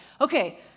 Okay